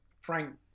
Frank